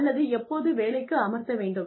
அல்லது எப்போது வேலைக்கு அமர்த்த வேண்டும்